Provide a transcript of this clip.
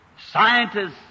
scientists